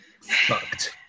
Fucked